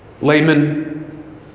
layman